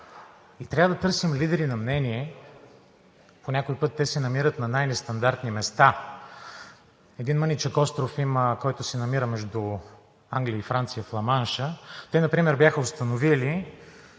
Трябва да търсим лидери на мнения. По някой път те се намират на най-нестандартни места. Има един мъничък остров, който се намира между Англия и Франция в Ламанша. Те например бяха установили,